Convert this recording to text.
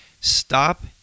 Stop